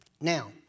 Now